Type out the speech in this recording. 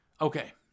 Okay